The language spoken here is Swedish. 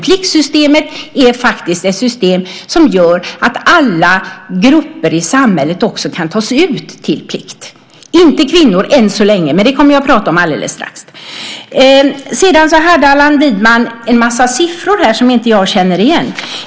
Pliktsystemet gör faktiskt att alla grupper i samhället kan tas ut till plikt. Det gäller inte kvinnor än så länge. Det kommer jag att prata om strax. Allan Widman nämnde en massa siffror som jag inte känner igen.